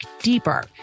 deeper